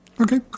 okay